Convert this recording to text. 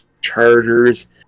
Chargers